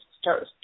start